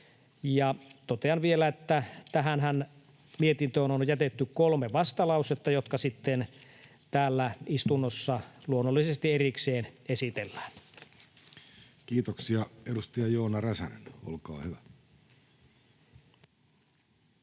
totean vielä, että tähän mietintöönhän on jätetty kolme vastalausetta, jotka sitten täällä istunnossa luonnollisesti erikseen esitellään. [Speech 80] Speaker: Jussi Halla-aho